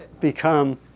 become